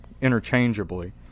interchangeably